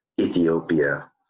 Ethiopia